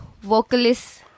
vocalist